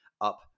up